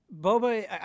Boba